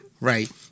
Right